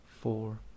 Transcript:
four